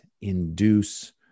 induce